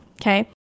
okay